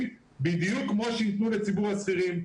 בדיוק כמו שייתנו לציבור השכירים.